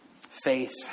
Faith